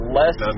less